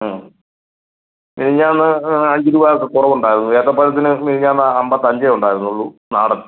ആ മെനിഞ്ഞാന്ന് ആ ഇരുപത് ഒക്കെ കുറവ് ഉണ്ടായിരുന്നു ഏത്തപ്പഴത്തിന് മെനിഞ്ഞാന്ന് അമ്പത്തി അഞ്ചേ ഉണ്ടായിരുന്നുള്ളു നാടൻ